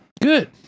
good